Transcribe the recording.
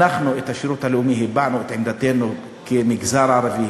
על השירות הלאומי הבענו את עמדתנו כמגזר הערבי,